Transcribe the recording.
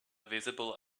visible